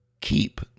keep